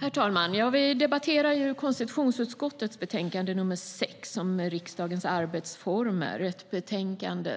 Herr talman! Vi debatterar konstitutionsutskottets betänkande nr 6 om riksdagens arbetsformer, ett betänkande